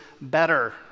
better